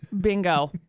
Bingo